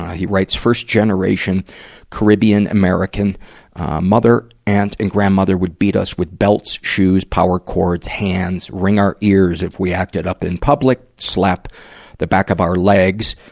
he writes, first-generation caribbean-american mother and a and grandmother would beat us with belts, shoes, power cords, hands. wring our ears if we acted up in public. slap the back of our legs,